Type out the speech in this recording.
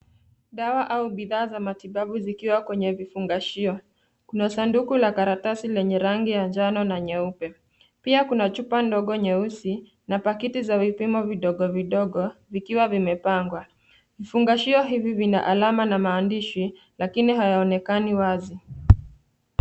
Dawa au bidhaa za matibabu zikiwa kwenye vifungashio . Kuna sanduku la karatasi lenye rangi ya njano na nyeupe. Pia kuna chupa ndogo nyeusi na pakiti za vipimo vidogo vidogo vikiwa vimepangwa . Vifungashio hivi vina alama na maandishi lakini hayaonekani wazi.